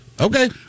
Okay